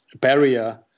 barrier